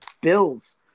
Bills